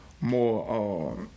more